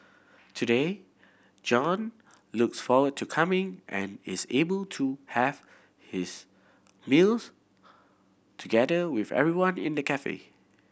today John looks forward to coming and is able to have his meals together with everyone in the cafe